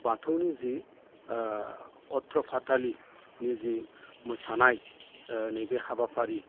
बाथौनि जि अथ्र' फाथालिनि जि मोसानाय नैबे हाबाफारि